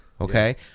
Okay